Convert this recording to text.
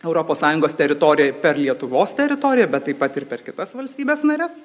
europos sąjungos teritoriją per lietuvos teritoriją bet taip pat ir per kitas valstybes nares